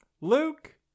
Luke